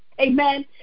amen